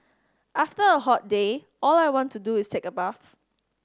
after a hot day all I want to do is take a bath